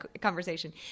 conversation